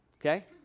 okay